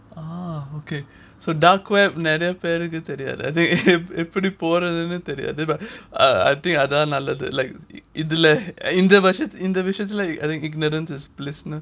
ah okay so dark web நிறைய பேருக்கு தெரியாது எப்படி போறதுன்னு தெரியாது:niraya peruku theriathu epdi porathunu theriathu uh I think அதான் நல்லது:adhan nallathu like இதுல இந்த விஷயத்துல:idhula indha visayathula think ignorance is bliss you know